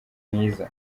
mwiza